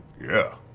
yeah.